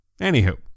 Anywho